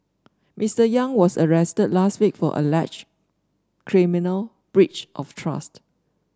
Mister Yang was arrested last week for alleged criminal breach of trust